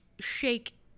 shake